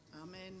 Amen